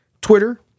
Twitter